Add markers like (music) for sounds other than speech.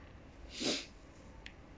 (noise)